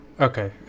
Okay